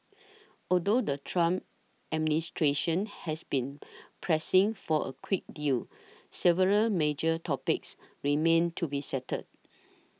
although the Trump administration has been pressing for a quick deal several major topics remain to be settled